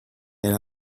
and